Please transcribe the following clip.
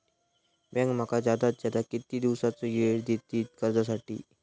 Bank माका जादात जादा किती दिवसाचो येळ देयीत कर्जासाठी?